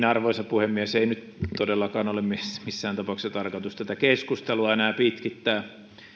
arvoisa puhemies ei nyt todellakaan ole missään missään tapauksessa tarkoitus tätä keskustelua enää pitkittää